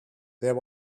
there